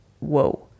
whoa